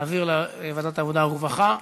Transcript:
להעביר לוועדת העבודה והרווחה.